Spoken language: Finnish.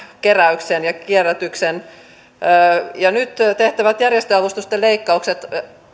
keräyksen ja kierrätyksen nyt tehtävät järjestöavustusten leikkaukset